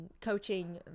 coaching